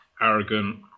arrogant